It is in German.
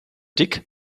dick